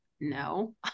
no